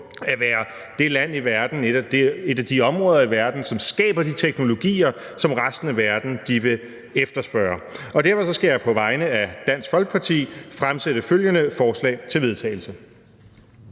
et af de lande i verden, et af de områder i verden, som skaber de teknologier, som resten af verden vil efterspørge. Derfor skal jeg på vegne af S, RV og SF fremsætte følgende: Forslag til vedtagelse